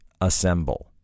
assemble